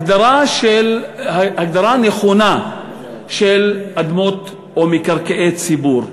הגדרה נכונה של אדמות או מקרקעי ציבור,